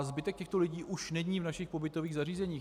Zbytek těchto lidí už není v našich pobytových zařízeních.